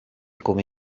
come